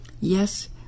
Yes